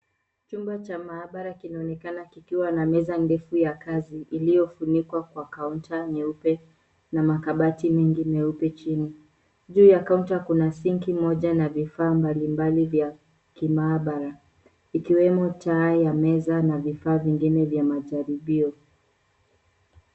Chumba cha maabara kinaonekana kikiwa na meza ndefu ya kazi iliyofunikwa kwa kaunta nyeupe na makabati mengi meupe chini. Juu ya kaunta kuna sinki moja na vifaa mbalimbali vya kimaabara, ikiwemo taa ya meza na vifaa vingine vya majaribio.